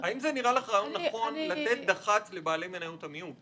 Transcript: האם זה נראה לך רעיון נכון לתת דח"צ לבעלי מניות המיעוט?